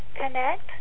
connect